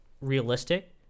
realistic